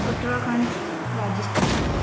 Uttarakhand Rajasthan